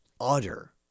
utter